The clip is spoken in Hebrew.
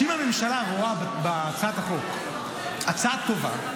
שאם הממשלה רואה בהצעת החוק הצעה טובה,